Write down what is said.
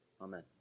Amen